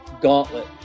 gauntlet